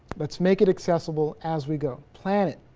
let's make it accessible as we go plan it.